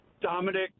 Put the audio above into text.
Dominic